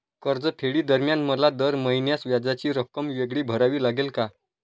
कर्जफेडीदरम्यान मला दर महिन्यास व्याजाची रक्कम वेगळी भरावी लागेल का?